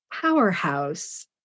powerhouse